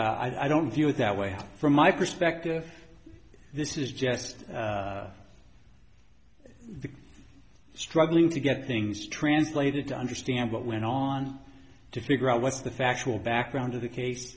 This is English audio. i don't view it that way from my perspective this is just the struggling to get things translated to understand what went on to figure out what's the factual background of the case